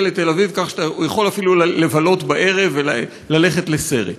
לתל-אביב כך שאדם יכול אפילו לבלות בערב וללכת לסרט.